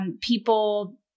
people